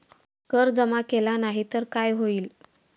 कर जमा केला नाही तर काय होईल?